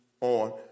on